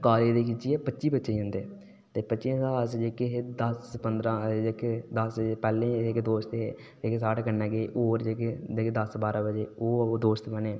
college दे खिचियै पंजी बच्चे जंदे न पंजियां चा जेह्के अस दस पंदरां दोस्त हे तो होर जेह्डे कन्नै गेदे हे ओह् बी दोस्त बनी गे